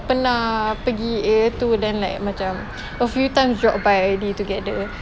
pernah pergi area itu then like macam a few times drop by already together